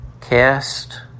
Cast